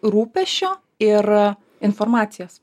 rūpesčio ir informacijos